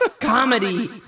comedy